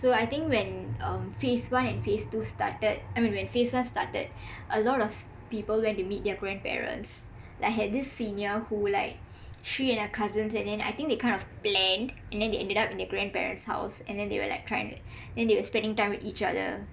so I think when um phase one and phase two started I mean when phase one started alot of people when to meet their grandparents like I had this senior who like she and her cousins and then I think they kind of planned and then they ended up in their grandparents' house and then they were like trying to they were spending time with each other